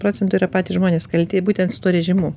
procentų yra patys žmonės kalti būtent su tuo režimu